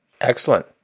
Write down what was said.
Excellent